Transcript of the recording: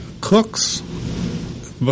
cooks